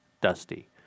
Dusty